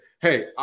hey